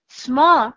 small